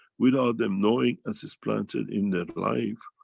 without them knowing as it's planted in their life,